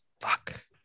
Fuck